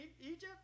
Egypt